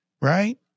Right